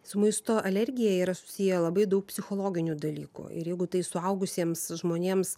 su maisto alergija yra susiję labai daug psichologinių dalykų ir jeigu tai suaugusiems žmonėms